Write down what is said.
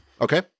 Okay